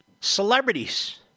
Celebrities